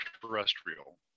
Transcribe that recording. terrestrial